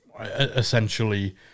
essentially